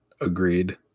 Agreed